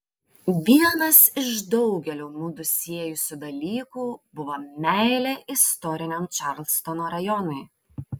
vienas iš daugelio mudu siejusių dalykų buvo meilė istoriniam čarlstono rajonui